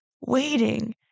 waiting